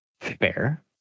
Fair